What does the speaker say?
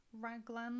raglan